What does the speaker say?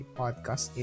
podcast